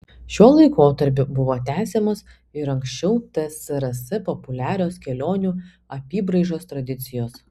šiuo laikotarpiu buvo tęsiamos ir anksčiau tsrs populiarios kelionių apybraižos tradicijos